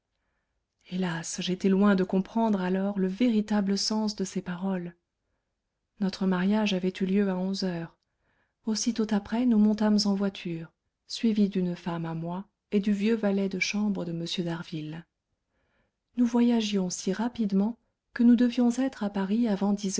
hélas j'étais loin de comprendre alors le véritable sens de ses paroles notre mariage avait eu lieu à onze heures aussitôt après nous montâmes en voiture suivis d'une femme à moi et du vieux valet de chambre de m d'harville nous voyagions si rapidement que nous devions être à paris avant dix